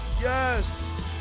yes